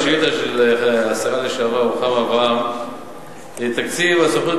השאילתא של השרה לשעבר רוחמה אברהם: תקציב הסוכנות